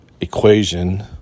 equation